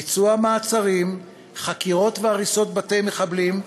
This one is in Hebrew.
ביצוע מעצרים, חקירות והריסות בתי מחבלים,